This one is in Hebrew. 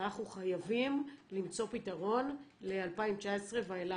אנחנו חייבים למצוא פתרון ל-2019 ואילך.